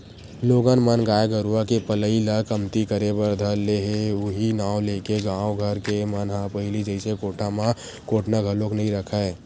लोगन मन गाय गरुवा के पलई ल कमती करे बर धर ले उहीं नांव लेके गाँव घर के मन ह पहिली जइसे कोठा म कोटना घलोक नइ रखय